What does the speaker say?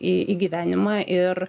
į gyvenimą ir